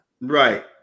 Right